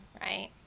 right